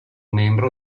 membro